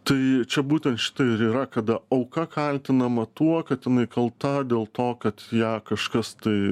tai čia būtent štai ir yra kada auka kaltinama tuo kad jinai kalta dėl to kad ją kažkas tai